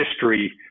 history